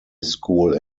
school